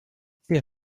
sehr